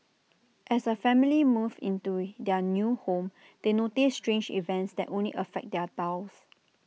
as A family moves into their new home they notice strange events that only affect their tiles